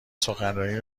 سخنرانی